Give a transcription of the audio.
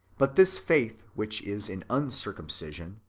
but this faith which is in uncircumcision,